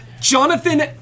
Jonathan